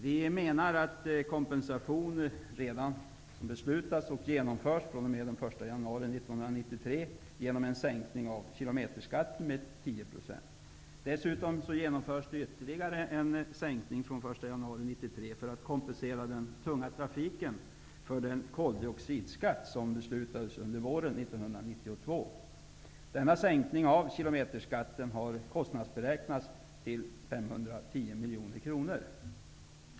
Den kompensation som beslutas och utgår fr.o.m. den 1 januari 1993 innebär en sänkning av kilometerskatten med 10 %. Dessutom genomförs ytterligare en sänkning från den 1 januari 1993 för att kompensera den tunga trafiken för den koldioxidskatt som beslutades under våren 1992. Den sänkningen av kilometerskatten har kostnadberäknats till 510 miljoner kronor.